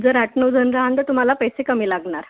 जर आठ नऊ जण रहाल तर तुम्हाला पैसे कमी लागणार